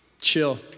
chill